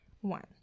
One